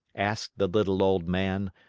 asked the little old man,